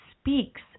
speaks